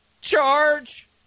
Charge